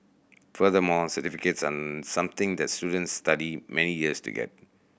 furthermore certificates are something that students study many years to get